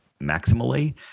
maximally